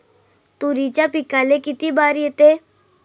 तुरीच्या पिकाले किती बार येते?